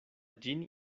ĝin